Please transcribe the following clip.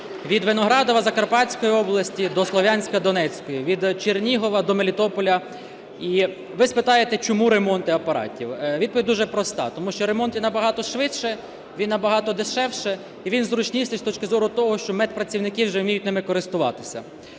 від Виноградова Закарпатської області до Слов'янська, Донецька, від Чернігова до Мелітополя. І ви спитаєте, чому ремонти апаратів? Відповідь дуже проста: тому що ремонт є набагато швидше, він набагато дешевше і він зручніший з точки зору того, що медпрацівники вже вміють ними користуватися.